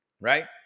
Right